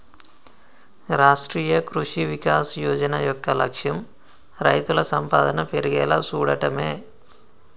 రాష్ట్రీయ కృషి వికాస్ యోజన యొక్క లక్ష్యం రైతుల సంపాదన పెర్గేలా సూడటమే